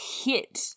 hit